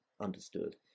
understood